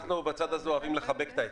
אנחנו בצד הזה אוהבים לחבק את העצים.